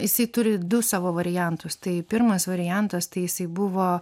jisai turi du savo variantus tai pirmas variantas tai jisai buvo